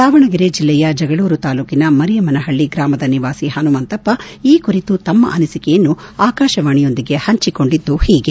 ದಾವಣಗೆರೆ ಜಿಲ್ಲೆಯ ಜಗಳೂರು ತಾಲ್ಲೂಕಿನ ಮರಿಯಮ್ನನ ಹಳ್ಳಿ ಗ್ರಾಮದ ನಿವಾಸಿ ಪನುಮಂತಪ್ಪ ಈ ಕುರಿತು ತಮ್ನ ಅನಿಸಿಕೆಯನ್ನು ಆಕಾಶವಾಣಿಯೊಂದಿಗೆ ಹಂಚಿಕೊಂಡಿದ್ದು ಹೀಗೆ